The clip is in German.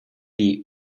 die